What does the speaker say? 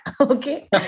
Okay